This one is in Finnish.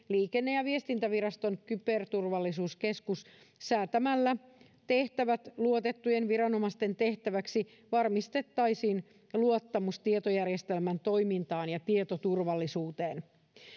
liikenne ja viestintäviraston kyberturvallisuuskeskus säätämällä tehtävät luotettujen viranomaisten tehtäväksi varmistettaisiin luottamus tietojärjestelmän toimintaan ja tietoturvallisuuteen